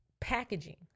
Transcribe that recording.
packaging